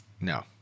No